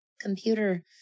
computer